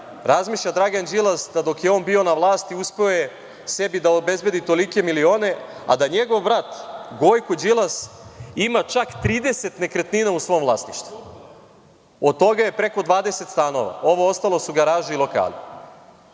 Razmišlja Dragan Đilas da dok je on bio na vlasti uspeo je sebi da obezbedi tolike milione, a da njegov brat Gojko Đilas, ima čak 30 nekretnina u svom vlasništvu, od toga je preko 20 stanova. Ovo ostalo su garaže i lokali. Sada,